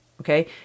okay